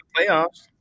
playoffs